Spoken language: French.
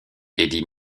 eddy